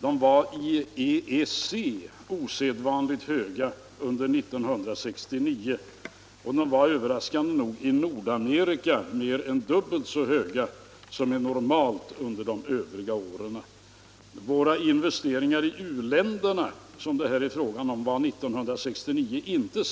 De var också i EEC osedvanligt höga under 1969, och de var överraskande nog i Nordamerika mer än dubbelt så höga då som normalt under de övriga åren. Våra investeringar i u-länderna, som det här är frågan om, var år 1969 inte